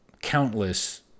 countless